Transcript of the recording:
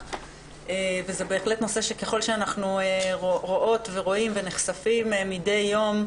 וזה בהחלט נושא שככל שאנחנו רואות ורואים ונחשפים מדי יום,